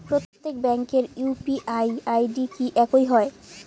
প্রত্যেক ব্যাংকের UPI ID কি একই হয়?